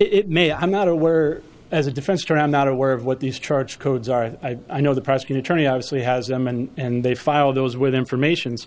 it may i'm not aware or as a different story i'm not aware of what these charge codes are i know the prosecutor tourney obviously has them and they file those with informations